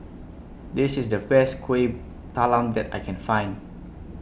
This IS The Best Kueh Talam that I Can Find